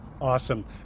Awesome